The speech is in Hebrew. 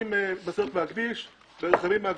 ומורידים משאיות ורכבים מהכביש.